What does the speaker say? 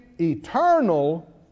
eternal